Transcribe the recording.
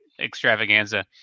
extravaganza